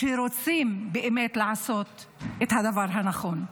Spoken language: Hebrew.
שרוצים באמת לעשות את הדבר הנכון.